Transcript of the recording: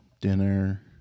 dinner